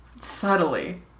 subtly